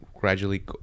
gradually